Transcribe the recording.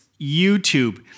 YouTube